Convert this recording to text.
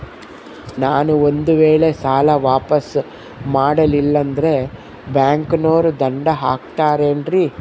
ನಾನು ಒಂದು ವೇಳೆ ಸಾಲ ವಾಪಾಸ್ಸು ಮಾಡಲಿಲ್ಲಂದ್ರೆ ಬ್ಯಾಂಕನೋರು ದಂಡ ಹಾಕತ್ತಾರೇನ್ರಿ?